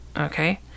Okay